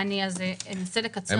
אז אני אנסה לקצר גם בשביל זה.